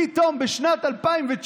פתאום בשנת 2019